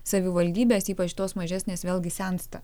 savivaldybės ypač tos mažesnės vėlgi sensta